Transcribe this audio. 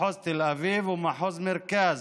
מחוז תל אביב ומחוז מרכז,